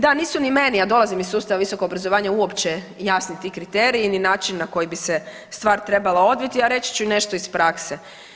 Da, nisu ni meni, a dolazim iz sustava visokog obrazovanja, uopće jasni ti kriteriji ni način na koji bi se stvar trebala odviti, a reći ću i nešto iz prakse.